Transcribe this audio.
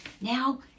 now